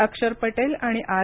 अक्षर पटेल आणि आर